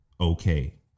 okay